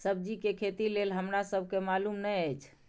सब्जी के खेती लेल हमरा सब के मालुम न एछ?